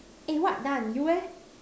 eh what done you eh